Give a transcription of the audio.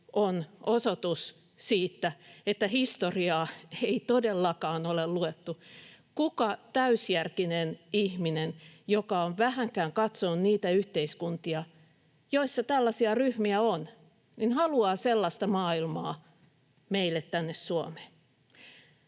on osoitus siitä, että historiaa ei todellakaan ole luettu. Kuka täysjärkinen ihminen, joka on vähänkään katsonut niitä yhteiskuntia, joissa tällaisia ryhmiä on, haluaa sellaista maailmaa meille tänne Suomeen?